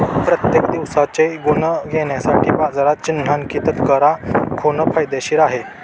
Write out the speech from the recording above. प्रत्येक दिवसाचे गुण घेण्यासाठी बाजारात चिन्हांकित करा खूप फायदेशीर आहे